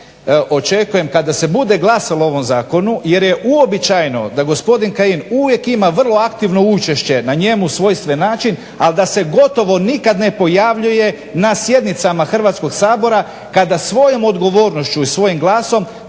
očekujem kada se bude glasalo o ovom zakonu jer je uobičajeno da gospodin Kajin uvijek ima vrlo aktivno učešće na njemu svojstven način, ali da se gotovo nikad ne pojavljuje na sjednicama Hrvatskog sabora kada svojom odgovornošću i svojim glasom